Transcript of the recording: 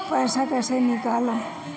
पैसा कैसे निकालम?